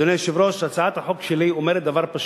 אדוני היושב-ראש, הצעת החוק שלי אומרת דבר פשוט: